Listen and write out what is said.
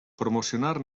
promocionar